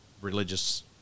religious